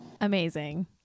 amazing